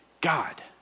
God